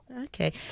Okay